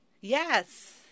Yes